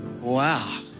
Wow